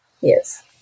Yes